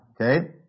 okay